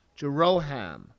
Jeroham